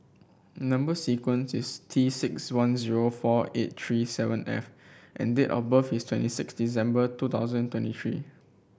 number sequence is T six one zero four eight three seven F and date of birth is twenty six December two thousand twenty three